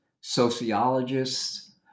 sociologists